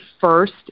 first